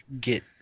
get